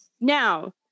Now